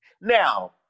Now